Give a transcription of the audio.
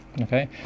okay